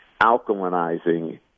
alkalinizing